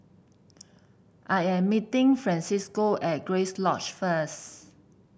I am meeting Francisco at Grace Lodge first